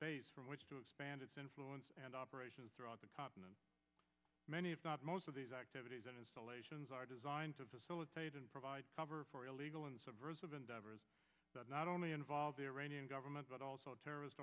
base from which to expand its influence and operations throughout the continent many if not most of these activities and installations are designed to facilitate and provide cover for illegal and subversive endeavors that not only involve the iranian government but also terrorist